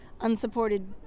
unsupported